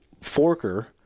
forker